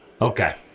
Okay